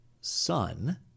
son